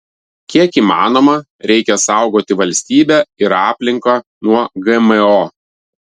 kiek įmanoma reikia saugoti valstybę ir aplinką nuo gmo